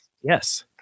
Yes